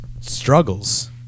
struggles